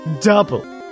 double